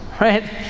right